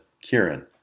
Kieran